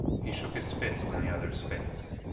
he shook his fist in the other's face.